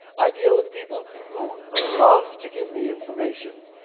i deal with people who love to give me information.